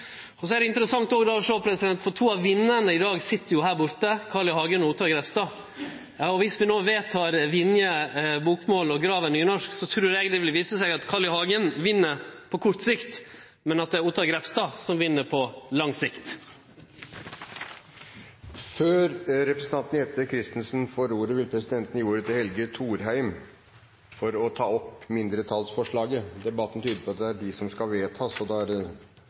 Det skal verte interessant å sjå, for to av vinnarane i dag sit her borte: Carl I. Hagen og Ottar Grepstad. Om vi vedtek Vinje-bokmål og Graver-nynorsk, trur eg det vil vise seg at Carl I. Hagen vinn på kort sikt, men at det er Ottar Grepstad som vinn på lang sikt. Før vi går videre, vil presidenten gi ordet til Helge Thorheim for å ta opp mindretallsforslagene. Debatten tyder på at det er de som skal vedtas, og da er